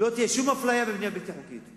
לא תהיה שום אפליה בבנייה בלתי חוקית.